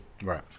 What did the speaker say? Right